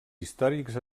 històrics